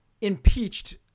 impeached